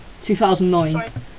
2009